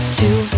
two